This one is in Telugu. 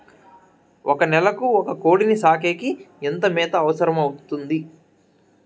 ఒక నెలకు ఒక కోడిని సాకేకి ఎంత మేత అవసరమవుతుంది?